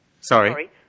Sorry